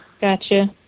Gotcha